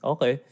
Okay